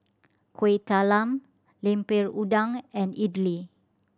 Kuih Talam Lemper Udang and idly